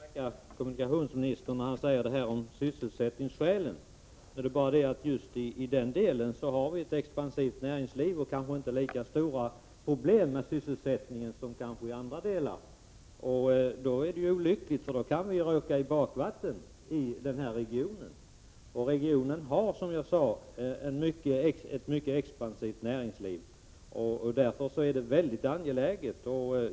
Herr talman! Jag tackar kommunikationsministern för det han sade beträffande sysselsättningsskälen. Det är bara det att vi har ett expansivt näringsliv här och faktiskt inte lika stora problem med sysselsättningen som på andra håll. Det vore ju då olyckligt om vi så att säga skulle råka i bakvatten. Regionen har ett mycket expansivt näringsliv, och utbyggnaden är därför ytterst angelägen.